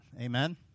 Amen